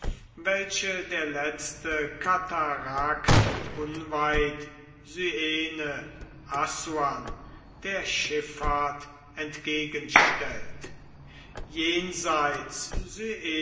welche der letzte katarakt unweit syene assun der schiffahrt entgegenstellt